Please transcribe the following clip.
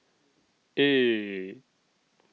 eight